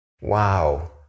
Wow